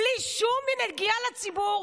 בלי שום נגיעה לציבור.